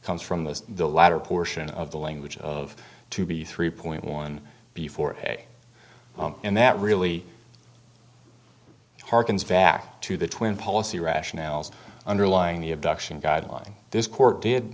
comes from the the latter portion of the language of to be three point one before and that really harkens back to the twin policy rationales underlying the abduction guideline this court did